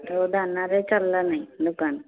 ତ ଦାନାରେ ଚାଲିଲା ନାହିଁ ଦୋକାନ